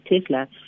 Tesla